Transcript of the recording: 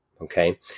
Okay